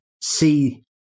see